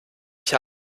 ich